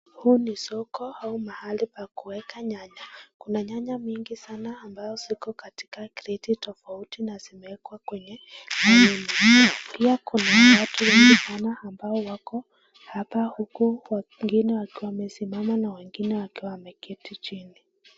Huu ni soko au mahali pa kueka nyanya. Kuna nyanya mingi sana ambao ziko katika kreti tofauti na zimeekwa kwenye mawingi. Pia kuna watu wengi sana ambao wako hapa uku wengine wakiwa wamesimama na wengine wakiwa wameketi chini.